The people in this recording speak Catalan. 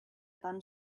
tan